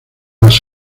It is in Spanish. las